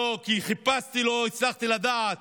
חיפשתי ולא הצלחתי לדעת,